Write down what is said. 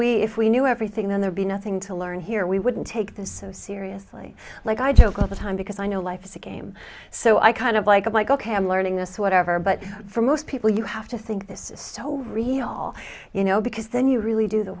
we if we knew everything then there'd be nothing to learn here we wouldn't take this so seriously like i joke all the time because i know life's a game so i kind of like like ok i'm learning this whatever but for most people you have to think this is so real you know because then you really do the